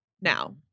now